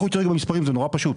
לכו תראו במספרים, זה נורא פשוט.